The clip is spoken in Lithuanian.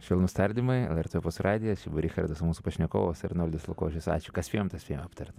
švelnūs tardymai lrt opus radijas richardas mūsų pašnekovas arnoldas lukošius ačiū ką spėjom tą spėjom aptarti